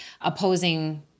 opposing